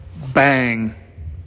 bang